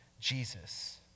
Jesus